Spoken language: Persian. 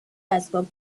اسباب